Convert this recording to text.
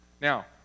Now